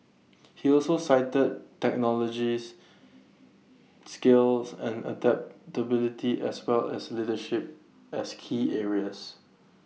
he also cited technologies skills and adaptability as well as leadership as key areas